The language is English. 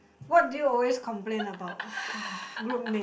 what do you always complain about group mates